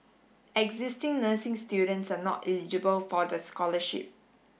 existing nursing students are not eligible for the scholarship